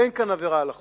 אין כאן עבירה על החוק.